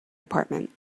apartment